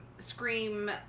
Scream